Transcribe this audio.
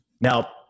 Now